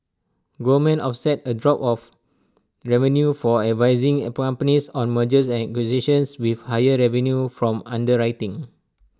Goldman offset A drop of revenues for advising up companies on mergers and acquisitions with higher revenues from underwriting